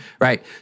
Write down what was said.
Right